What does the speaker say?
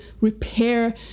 repair